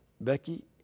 Becky